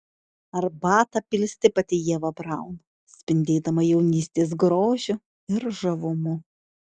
arbatą pilstė pati ieva braun spindėdama jaunystės grožiu ir žavumu